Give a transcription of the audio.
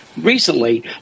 recently